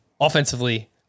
offensively